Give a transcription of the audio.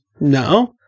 no